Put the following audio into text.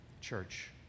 church